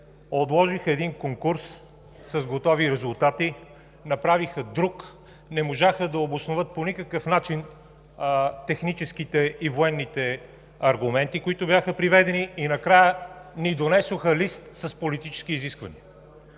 отложиха един конкурс с готови резултати, направиха друг, не можаха да обосноват по никакъв начин техническите и военните аргументи, които бяха приведени, и накрая ни донесоха лист с политически изисквания.